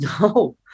No